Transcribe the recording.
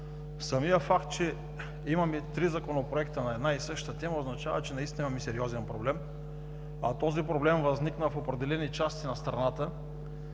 Самият факт, че имаме три законопроекта на една и съща тема, означава, че наистина има сериозен проблем, а този проблем възникна в определени части на страната